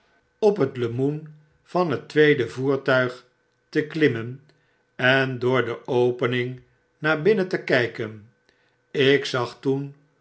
k het lemoen van het tweede voertuig te klimmen en door de opening naar binnen te kyken ik zag toen